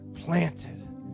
planted